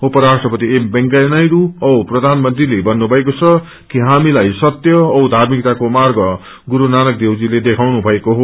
उनराष्ट्रपति M Venkaiah Naidu औ प्रधानमंत्रीले भन्नुभएको छ कि हामीलाई सत्य औ धार्मिकताको मार्ग गुरू नानक देकजीले देखाउनु भएको हो